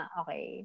okay